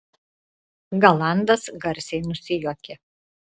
galandas garsiai nusijuokė